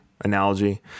analogy